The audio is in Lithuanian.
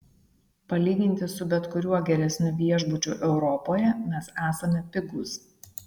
palyginti su bet kuriuo geresniu viešbučiu europoje mes esame pigūs